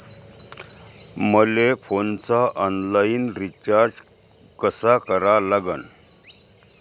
मले फोनचा online recharge कसा करा लागन?